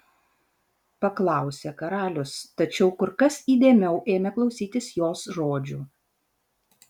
paklausė karalius tačiau kur kas įdėmiau ėmė klausytis jos žodžių